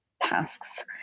tasks